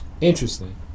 Interesting